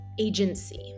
agency